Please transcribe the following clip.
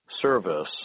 service